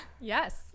Yes